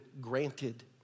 granted